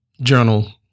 journal